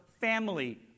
family